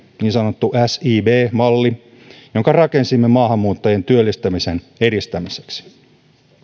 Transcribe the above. niin sanottu sib malli jonka rakensimme maahanmuuttajien työllistämisen edistämiseksi